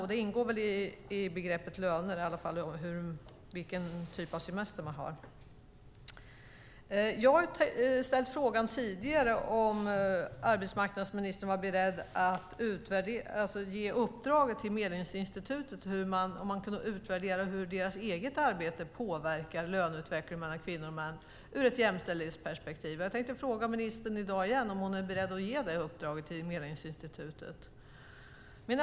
Semestern ingår väl i begreppet löner. Jag har tidigare frågat om arbetsmarknadsministern är beredd att ge Medlingsinstitutet i uppdrag att utvärdera hur det egna arbetet påverkar löneutvecklingen hos kvinnor och män ur ett jämställdhetsperspektiv. Är ministern beredd att ge det uppdraget till Medlingsinstitutet?